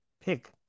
pick